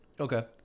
Okay